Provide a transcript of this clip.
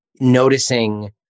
noticing